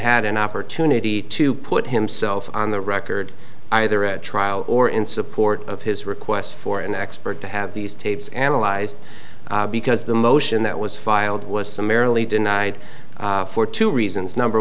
had an opportunity to put himself on the record either at trial or in support of his request for an expert to have these tapes analyzed because the motion that was filed was summarily denied for two reasons number